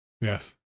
Yes